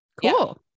cool